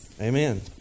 Amen